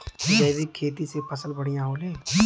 जैविक खेती से फसल बढ़िया होले